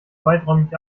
weiträumig